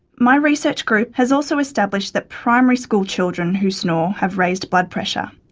my research group has also established that primary school children who snore have raised blood pressure,